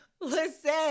Listen